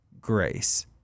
Grace